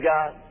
God